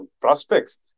prospects